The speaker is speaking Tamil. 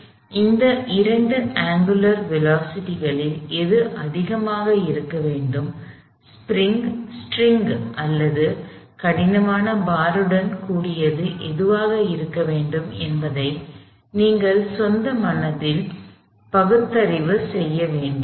எனவே இந்த இரண்டு அங்குலர் திசைவேகங்களில் எது அதிகமாக இருக்க வேண்டும் ஸ்டிரிங் அல்லது கடினமான பாருடன் கூடியது எதுவாக இருக்க வேண்டும் என்பதை நீங்கள் சொந்த மனத்தில் பகுத்தறிவு செய்ய வேண்டும்